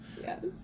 Yes